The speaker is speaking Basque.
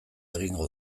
egingo